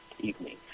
evening